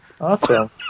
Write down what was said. Awesome